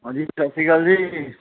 ਹਾਂਜੀ ਸਤਿ ਸ਼੍ਰੀ ਅਕਾਲ ਜੀ